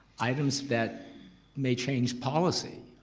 items that may change policy.